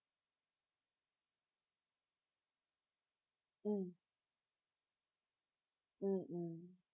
mm mm mm